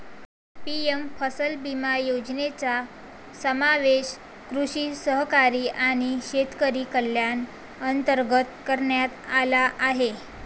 PM फसल विमा योजनेचा समावेश कृषी सहकारी आणि शेतकरी कल्याण अंतर्गत करण्यात आला आहे